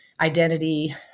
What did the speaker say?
identity